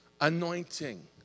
anointing